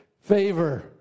favor